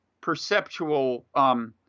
perceptual